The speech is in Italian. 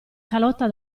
calotta